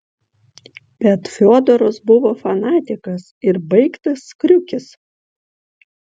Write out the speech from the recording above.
bet fiodoras buvo fanatikas ir baigtas kriukis